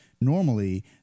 Normally